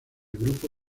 grupo